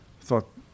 thought